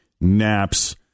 naps